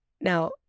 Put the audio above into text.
Now